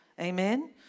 Amen